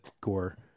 gore